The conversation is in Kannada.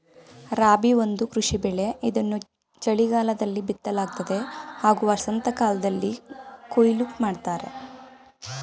ರಾಬಿ ಒಂದು ಕೃಷಿ ಬೆಳೆ ಇದನ್ನು ಚಳಿಗಾಲದಲ್ಲಿ ಬಿತ್ತಲಾಗ್ತದೆ ಹಾಗೂ ವಸಂತಕಾಲ್ದಲ್ಲಿ ಕೊಯ್ಲು ಮಾಡ್ತರೆ